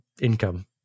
income